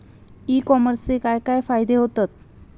E कॉमर्सचे काय काय फायदे होतत?